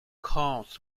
cars